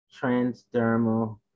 transdermal